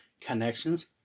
connections